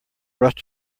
rushed